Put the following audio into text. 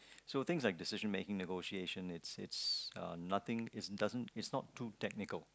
so things like decision making negotiation it's it's uh nothing it's nothing not too technical